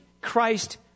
Christ